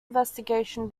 investigation